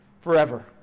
forever